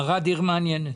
ערד עיר מעניינת.